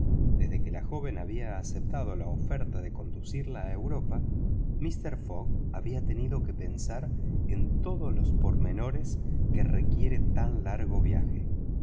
desde que la joven había aceptado la oferta de conducirla a europa mister fogg había tenido que pensar en todos los pormenores que requiere tan largo viaje